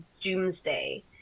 doomsday